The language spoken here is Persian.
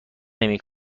نمی